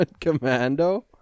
commando